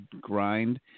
grind